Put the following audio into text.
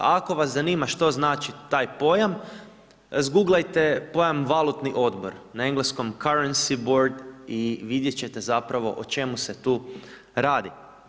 Ako vas zanima što znači taj pojam, zguglajte pojam valutni odbor, na enleskom…/Govornik govori engleski/…i vidjet ćete zapravo o čemu se tu radi.